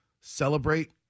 celebrate